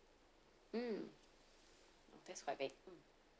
mm that's quite big